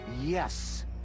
Yes